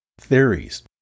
theories